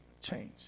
change